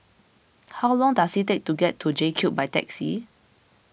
how long does it take to get to J Cube by taxi